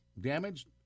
damaged